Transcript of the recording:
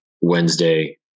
Wednesday